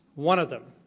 one of them